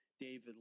David